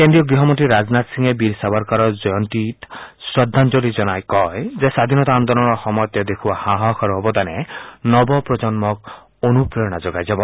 কেন্দ্ৰীয় গৃহমন্ত্ৰী ৰাজনাথ সিঙেও বীৰ সাবৰকাৰৰ জন্ম জয়ন্তীত শ্ৰদ্ধাঞ্জলি জনাই কয় যে স্বাধীনতা আন্দোলনৰ সময়ত তেওঁ দেখুওৱা সাহস আৰু অৱদানে নৱ প্ৰজন্মক অনুপ্ৰেৰণা যোগাই যাব